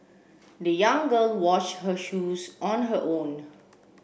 the young girl wash her shoes on her own